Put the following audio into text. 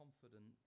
confident